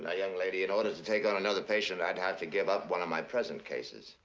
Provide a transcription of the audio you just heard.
and young lady, in order to take on another patient, i'd have to give up one of my present cases.